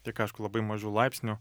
tik aišku labai mažu laipsniu